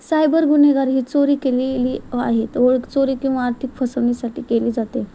cyber गुन्हेगार ही चोरी केलेली आहेत ओळख चोरी किंवा आर्थिक फसवणीसाठी केली जाते